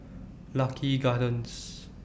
Lucky Gardens